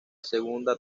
segunda